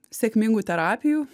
sėkmingų terapijų